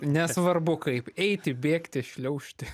nesvarbu kaip eiti bėgti šliaužti